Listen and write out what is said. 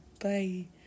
bye